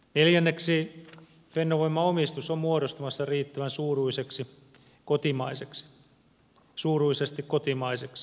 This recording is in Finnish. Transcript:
neljänneksi fennovoiman omistus on muodostumassa riittävän suuruisesti kotimaiseksi